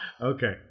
Okay